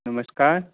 नमस्कार